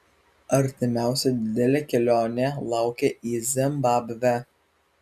artimiausia didelė kelionė laukia į zimbabvę